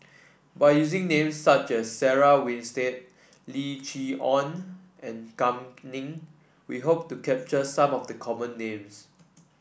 by using names such as Sarah Winstedt Lim Chee Onn and Kam Ning we hope to capture some of the common names